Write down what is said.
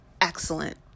excellent